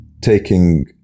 taking